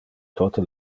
tote